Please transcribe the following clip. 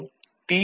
மற்றும் டி